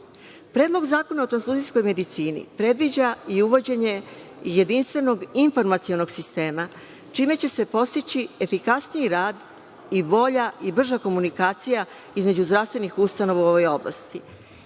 plan. Predlog zakona o transfuzijskoj medicini predviđa i uvođenje jedinstvenog informacionog sistema, čime će se postići efikasniji rad i bolja i brža komunikacija između zdravstvenih ustanova u ovoj oblasti.